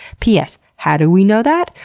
p s. how do we know that?